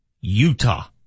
Utah